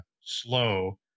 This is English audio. slow